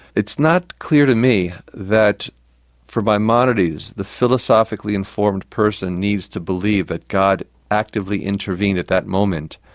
it's not clear to me that from maimonides, the philosophically informed person needs to believe that god actively intervened at that moment,